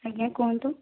ଆଜ୍ଞା କୁହନ୍ତୁ